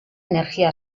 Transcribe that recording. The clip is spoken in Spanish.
energía